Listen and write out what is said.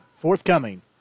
forthcoming